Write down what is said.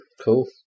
Cool